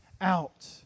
out